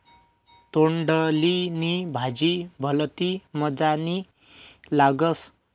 तोंडली नी भाजी भलती मजानी लागस